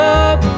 up